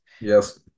Yes